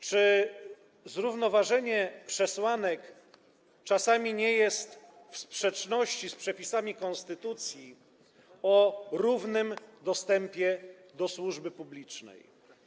Czy zrównoważenie przesłanek nie stoi czasami w sprzeczności z przepisami konstytucji o równym dostępie do służby publicznej?